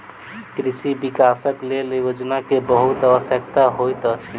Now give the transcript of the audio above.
कृषि विकासक लेल योजना के बहुत आवश्यकता होइत अछि